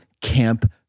camp